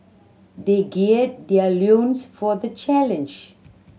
they gird their loins for the challenge